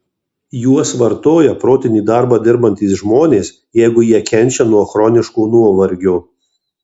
juos vartoja protinį darbą dirbantys žmonės jeigu jie kenčia nuo chroniško nuovargio